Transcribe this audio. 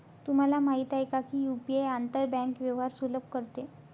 तुम्हाला माहित आहे का की यु.पी.आई आंतर बँक व्यवहार सुलभ करते?